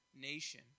nation